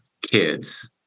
kids